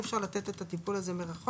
אי אפשר לתת את הטיפול הזה מרחוק